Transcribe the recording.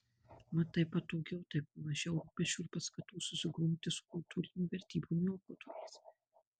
mat taip patogiau taip mažiau rūpesčių ir paskatų susigrumti su kultūrinių vertybių niokotojais